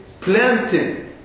planted